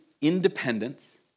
independence